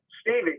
Stevie